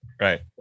right